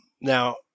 Now